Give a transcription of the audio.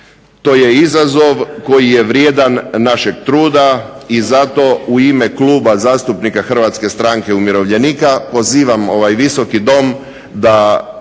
to je izazov koji je vrijedan našeg truda. I zato u ime Kluba zastupnika HSU-a pozivam ovaj Visoki dom da